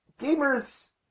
Gamers